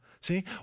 see